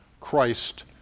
Christ